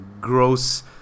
gross